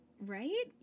right